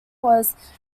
was